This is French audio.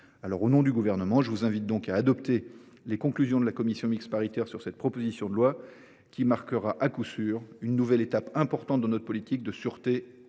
les sénateurs, je vous invite donc à adopter les conclusions de la commission mixte paritaire sur cette proposition de loi qui, à coup sûr, marquera une nouvelle étape importante dans notre politique de sûreté